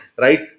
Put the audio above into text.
right